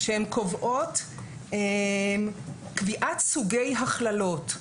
שקובעות קביעת סוגי הכללות.